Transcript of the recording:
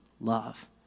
love